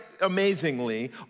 amazingly